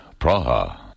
Praha